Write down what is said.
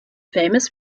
famous